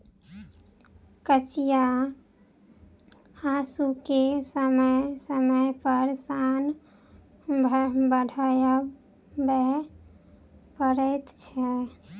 कचिया हासूकेँ समय समय पर सान चढ़बय पड़ैत छै